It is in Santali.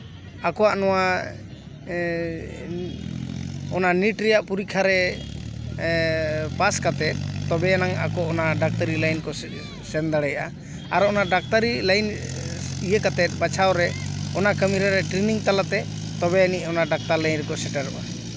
ᱟᱠᱚᱣᱟᱜ ᱱᱚᱣᱟ ᱱᱤᱴ ᱨᱮᱭᱟᱜ ᱯᱚᱨᱤᱠᱷᱟ ᱨᱮ ᱯᱟᱥ ᱠᱟᱛᱮᱜ ᱛᱚᱵᱮ ᱟᱱᱟᱝ ᱰᱟᱠᱛᱟᱨᱤ ᱞᱟᱭᱤᱱ ᱠᱚ ᱥᱮᱱ ᱫᱟᱲᱮᱭᱟᱜᱼᱟ ᱟᱨ ᱚᱱᱟ ᱰᱟᱠᱛᱟᱨᱤ ᱞᱟᱭᱤᱱ ᱤᱭᱟᱹ ᱠᱟᱛᱮᱜ ᱵᱟᱪᱷᱟᱣ ᱨᱮ ᱚᱱᱟ ᱠᱟᱹᱢᱤ ᱨᱮ ᱴᱨᱮᱱᱤᱝ ᱛᱟᱞᱟ ᱛᱮᱛᱚᱵᱮ ᱟᱹᱱᱤᱡ ᱚᱱᱟ ᱰᱟᱠᱛᱟᱨ ᱞᱟᱹᱭᱤᱱ ᱨᱮᱠᱚ ᱥᱮᱴᱮᱨᱚᱜᱼᱟ